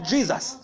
Jesus